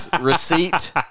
receipt